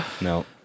No